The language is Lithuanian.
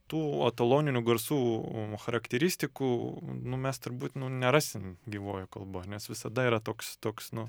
tų etaloninių garsų charakteristikų nu mes turbūt nerasim gyvojoj kalboj nes visada yra toks toks nu